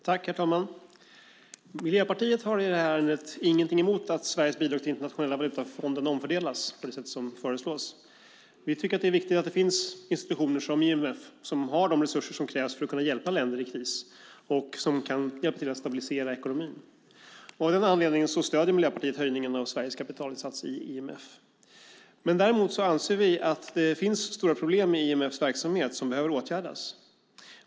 Herr talman! Miljöpartiet har ingenting emot att Sveriges bidrag till Internationella valutafonden omfördelas på det sätt som föreslås i det här ärendet. Vi tycker att det är viktigt att det finns institutioner som IMF som har de resurser som krävs för att kunna hjälpa länder i kris och som kan hjälpa till att stabilisera ekonomin. Av den anledningen stöder Miljöpartiet höjningen av Sveriges kapitalinsats i IMF. Däremot anser vi att det finns stora problem i IMF:s verksamhet som behöver åtgärdas.